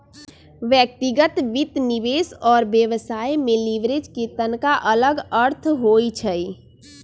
व्यक्तिगत वित्त, निवेश और व्यवसाय में लिवरेज के तनका अलग अर्थ होइ छइ